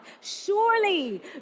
Surely